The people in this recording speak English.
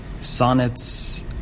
sonnets